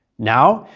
now,